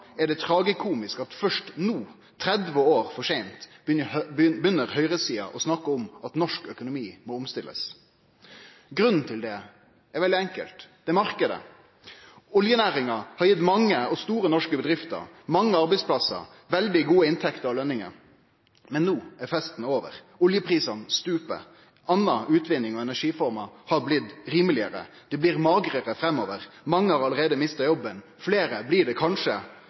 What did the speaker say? er det tragikomisk at først no, 30 år for seint, begynner høgresida å snakke om at norsk økonomi må omstillast. Grunnen til det er veldig enkel: Det er marknaden. Oljenæringa har gjeve mange og store norske bedrifter, mange arbeidsplassar, veldig gode inntekter og lønningar. Men no er festen over. Oljeprisen stuper, utvinning av andre energiformer har blitt rimelegare. Det blir magrare framover, mange har allereie mista jobben, og fleire blir det kanskje.